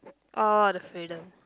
all the freedom